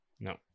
No